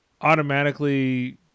automatically